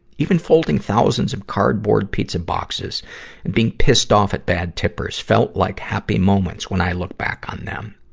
even folding thousands of cardboard pizza boxes and being pissed off at bad tippers felt like happy moments when i look back on them.